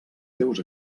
seus